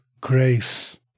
grace